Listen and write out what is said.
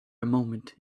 moment